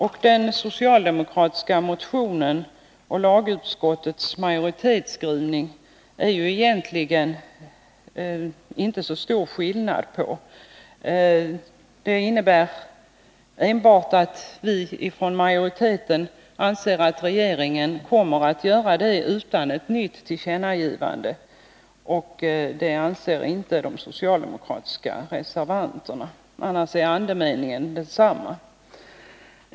Mellan den socialdemokratiska resevationen och lagutskottsmajoritetens skrivning är det egentligen inte så stor skillnad. Det innebär enbart att vi inom majoriteten anser att regeringen kommer att ta upp saken utan ett nytt tillkännagivande, och det anser inte de socialdemokratiska reservanterna. Annars är andemeningen densamma.